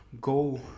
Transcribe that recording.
go